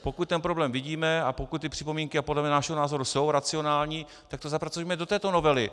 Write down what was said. Pokud ten problém vidíme a pokud připomínky a podle našeho názoru jsou racionální, tak to zapracujme do této novely.